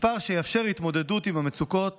מספר שיאפשר התמודדות עם המצוקות